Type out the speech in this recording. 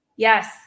yes